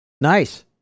Nice